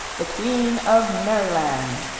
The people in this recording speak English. the queen of merryland.